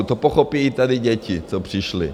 To pochopí i tady děti, co přišly.